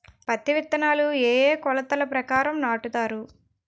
పత్తి విత్తనాలు ఏ ఏ కొలతల ప్రకారం నాటుతారు?